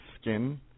skin